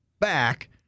back